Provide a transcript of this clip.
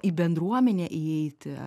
į bendruomenę įeiti